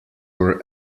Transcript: were